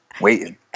waiting